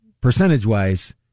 Percentage-wise